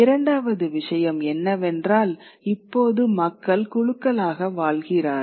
இரண்டாவது விஷயம் என்னவென்றால் இப்போது மக்கள் குழுக்களாக வாழ்கிறார்கள்